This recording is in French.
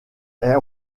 est